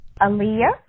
Aaliyah